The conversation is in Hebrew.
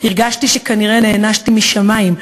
הרגשתי שכנראה נענשתי משמים,